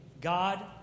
God